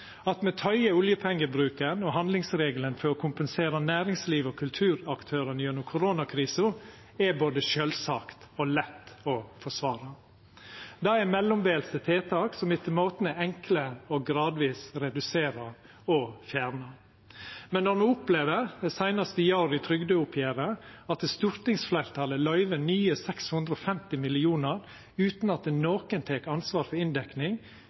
At me tøyer oljepengebruken og handlingsregelen for å kompensera næringslivet og kulturaktørane gjennom koronakrisa, er både sjølvsagt og lett å forsvara. Det er mellombelse tiltak som etter måten er enkle å gradvis redusera og fjerna. Men når me opplever, seinast i går i trygdeoppgjeret, at stortingsfleirtalet løyver nye 650 mill. kr utan at nokon tek ansvar for inndekning